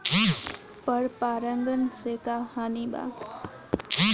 पर परागण से का हानि बा?